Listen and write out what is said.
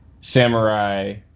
Samurai